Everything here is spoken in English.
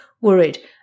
worried